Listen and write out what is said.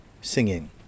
singing